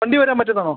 വണ്ടി വരാൻ പറ്റുന്നതാണോ